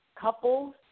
Couples